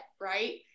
right